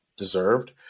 deserved